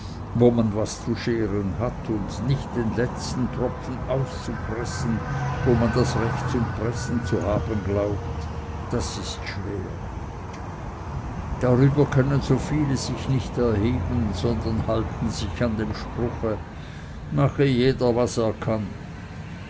wo man was zu scheren hat nicht den letzten tropfen auszupressen wo man das recht zum pressen zu haben glaubt das ist schwer darüber können so viele sich nicht erheben sondern halten sich an dem spruche mache jeder was er kann